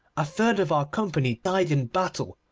a third of our company died in battle,